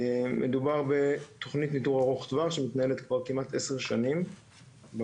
מדובר בתוכנית ניתור ארוך טווח שמנהלת כבר כמעט 10 שנים במארג.